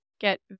get